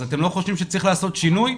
אתם לא חושבים שצריך לעשות שינוי?